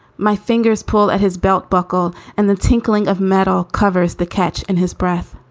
my fingers pull at his belt buckle, and the tinkling of metal covers the catch in his breath